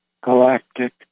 galactic